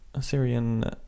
Syrian